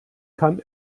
kann